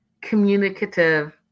communicative